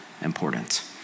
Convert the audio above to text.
important